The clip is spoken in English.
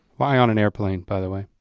why on an airplane by the way?